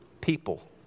people